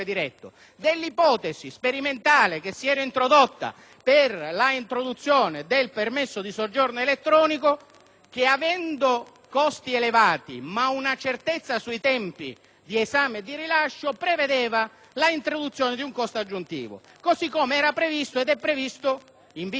pur avendo costi elevati ma una certezza sui tempi di esame e di rilascio, prevedeva l'introduzione di un costo aggiuntivo, così come ipotizzato sempre in via sperimentale per la carta d'identità elettronica. Ma cosa c'entra tutto questo con la condizione di regolarità